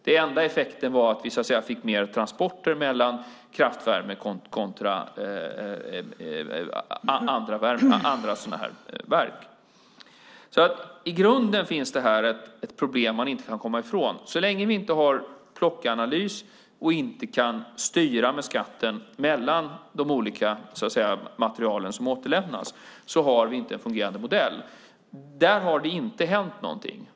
Den enda effekten var att vi så att säga fick mer transporter mellan kraftvärmeverk kontra andra sådana verk. I grunden finns här ett problem som man inte kan komma ifrån. Så länge vi inte har någon plockanalys och inte kan styra med skatten mellan de olika materialen som återlämnas har vi inte en fungerande modell. Där har det inte hänt någonting.